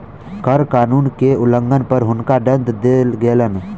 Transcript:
कर कानून के उल्लंघन पर हुनका दंड देल गेलैन